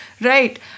Right